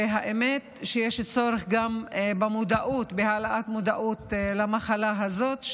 האמת שיש צורך גם בהעלאת מודעות למחלה הזאת,